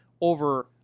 over